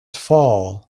fall